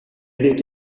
dit